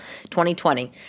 2020